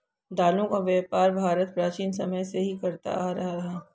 दालों का व्यापार भारत प्राचीन समय से ही करता आ रहा है